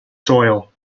soil